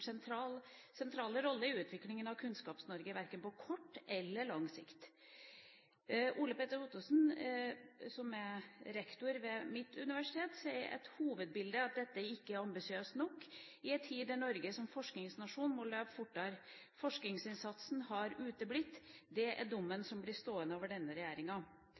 sentrale rolle i utviklingen av kunnskaps-Norge verken på kort eller lang sikt.» Ole Petter Ottersen, som er rektor ved Universitet i Oslo, sier at hovedbildet er at dette «ikke er ambisiøst nok i en tid der Norge som forskningsnasjon må løpe fortere». Forskningsinnsatsen har uteblitt. Det er dommen som blir stående over denne